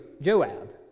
Joab